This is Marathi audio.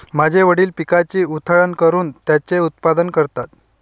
माझे वडील पिकाची उधळण करून त्याचे उत्पादन करतात